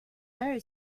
very